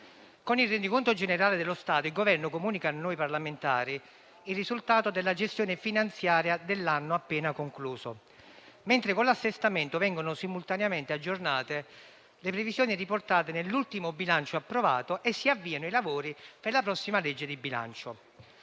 Con il Rendiconto generale dello Stato il Governo comunica a noi parlamentari il risultato della gestione finanziaria dell'anno appena concluso, mentre con l'assestamento vengono simultaneamente aggiornate le previsioni riportate nell'ultimo bilancio approvato e si avviano i lavori per la prossima legge di bilancio.